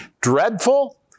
dreadful